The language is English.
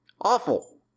Awful